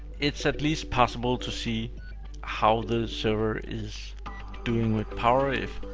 it's at least possible to see how the server is doing with power. if